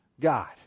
God